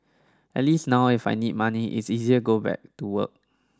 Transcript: at least now if I need money it's easier go back to work